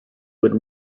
would